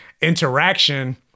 interaction